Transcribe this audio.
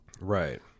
Right